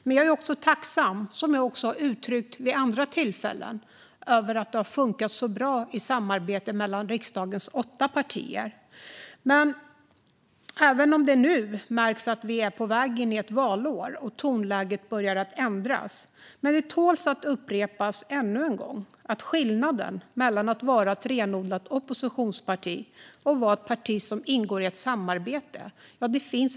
Men som jag har uttryckt även vid andra tillfällen är jag också tacksam över att det har funkat så bra i samarbetet mellan riksdagens åtta partier - även om det nu märks att vi är på väg in i ett valår och att tonläget börjar ändras. Det tål att upprepas än en gång att det finns väsentliga skillnader mellan att vara ett renodlat oppositionsparti och att vara ett parti som ingår i ett samarbete.